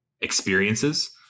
experiences